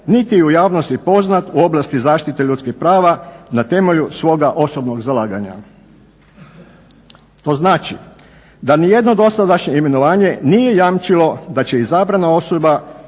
niti u javnosti poznat u oblasti zaštite ljudskih prava na temelju svoga osobnog zalaganja. To znači da nijedno dosadašnje imenovanje nije jamčilo da će izabrana osoba